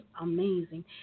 amazing